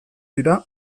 dira